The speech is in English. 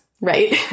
right